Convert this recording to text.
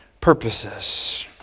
purposes